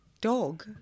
Dog